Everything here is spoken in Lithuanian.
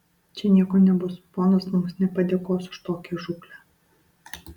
čia nieko nebus ponas mums nepadėkos už tokią žūklę